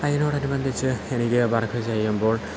അതിനോടനുബന്ധിച്ച് എനിക്ക് വർക്ക് ചെയ്യുമ്പോൾ